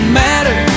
matter